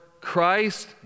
Christ